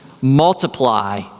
multiply